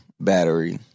battery